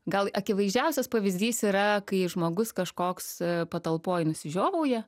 gal akivaizdžiausias pavyzdys yra kai žmogus kažkoks patalpoj nusižiovauja